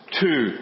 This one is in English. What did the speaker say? two